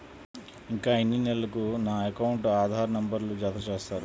ఇంకా ఎన్ని నెలలక నా అకౌంట్కు ఆధార్ నంబర్ను జత చేస్తారు?